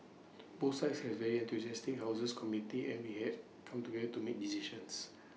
both sides have very enthusiastic houses committees and we have come together to make decisions